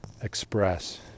express